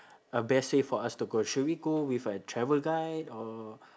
a best way for us to go should we go with a travel guide or